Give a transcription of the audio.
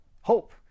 hope